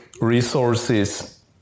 resources